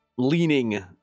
leaning